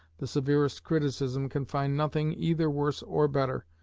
the severest criticism can find nothing either worse or better,